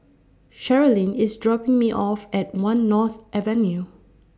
Cherilyn IS dropping Me off At one North Avenue